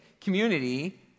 community